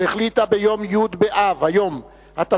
החליטה ביום י' באב התש"ע,